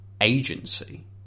agency